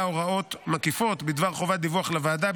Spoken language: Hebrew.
הוראות מקיפות בדבר חובת דיווח לוועדה,